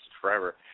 forever